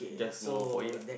just go for it lah